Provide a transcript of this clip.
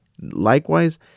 Likewise